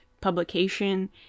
publication